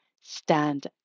stand